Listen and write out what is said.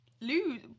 Lose